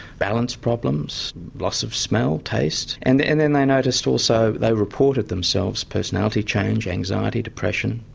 balance problems, loss of smell, taste and and then they noticed also, they reported themselves, personality change, anxiety, depression,